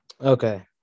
Okay